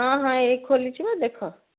ହଁ ହଁ ଏଇ ଖୋଲିଛି ବା ଦେଖ